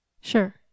Sure